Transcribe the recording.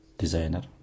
designer